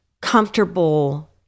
comfortable